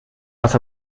was